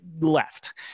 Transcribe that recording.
left